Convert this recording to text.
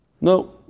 No